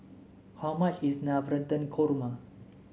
how much is Navratan Korma